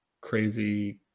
crazy